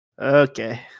Okay